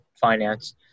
finance